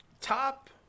top